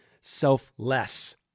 selfless